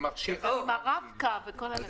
זו נקודה שיש לעודד ולשים לב אליה כדי